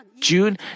June